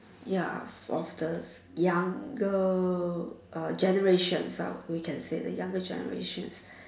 ya fosters younger uh generations ah we can say younger generations